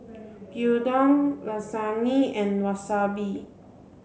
Gyudon Lasagne and Wasabi